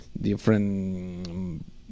different